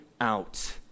out